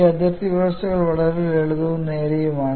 ഈ അതിർത്തി വ്യവസ്ഥകൾ വളരെ ലളിതവും നേരെയുമാണ്